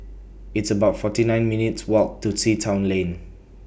It's about forty nine minutes' Walk to Sea Town Lane